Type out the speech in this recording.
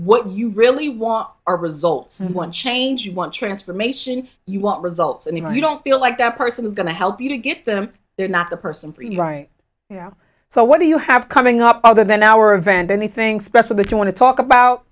what you really want are results you want change you want transformation you want results and you know you don't feel like that person is going to help you to get them they're not the person for you right now so what do you have coming up other than our event anything special that you want to talk about